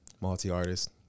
multi-artist